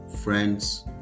friends